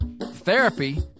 Therapy